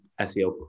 SEO